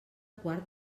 quart